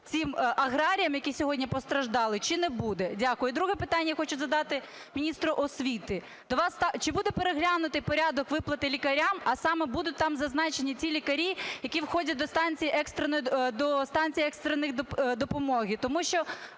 цим аграріям, які сьогодні постраждали, чи не буде? Дякую. І друге питання я хочу задати міністру освіти. Чи буде переглянутий порядок виплати лікарям, а саме будуть там зазначені ті лікарі, які входять до станції екстреної допомоги?